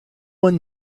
one